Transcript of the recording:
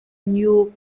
new